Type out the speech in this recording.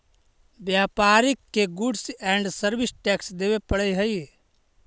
व्यापारि के goods and service tax देवे पड़ऽ हई